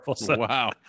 Wow